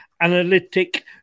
analytic